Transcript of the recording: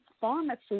pharmacy